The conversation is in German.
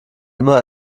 immer